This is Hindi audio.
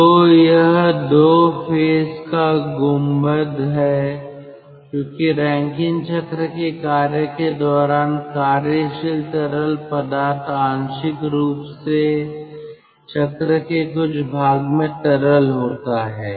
तो यह दो फेज का गुंबद है क्योंकि रैंकिन चक्र के कार्य के दौरान कार्यशील तरल पदार्थ आंशिक रूप से चक्र के कुछ भाग में तरल होता है